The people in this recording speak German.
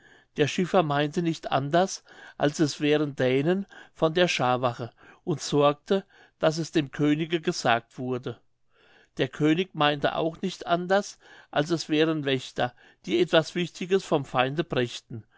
der schiffer meinte nicht anders als es wären dänen von der schaarwache und sorgte daß es dem könige gesagt wurde der könig meinte auch nicht anders als es wären wächter die etwas wichtiges vom feinde brächten